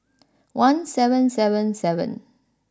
one seven seven seven